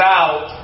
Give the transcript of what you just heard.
out